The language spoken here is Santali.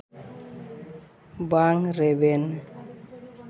ᱵᱟᱝ ᱨᱮᱵᱮᱱ